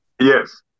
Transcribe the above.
yes